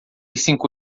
cinco